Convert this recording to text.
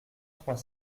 trois